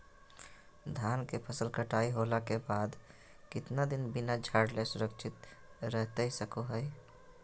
धान के फसल कटाई होला के बाद कितना दिन बिना झाड़ले सुरक्षित रहतई सको हय?